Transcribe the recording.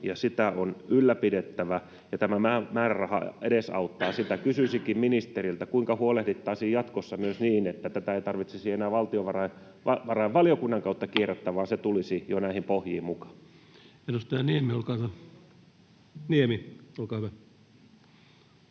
sitä on ylläpidettävä, ja tämä määräraha edesauttaa sitä. Kysyisinkin ministeriltä: kuinka huolehdittaisiin jatkossa myös niin, että tätä ei tarvitsisi enää valtiovarainvaliokunnan kautta kierrättää vaan se tulisi jo näihin pohjiin mukaan? [Speech 266] Speaker: